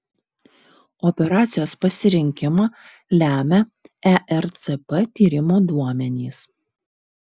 operacijos pasirinkimą lemia ercp tyrimo duomenys